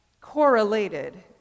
correlated